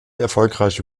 erfolgreiche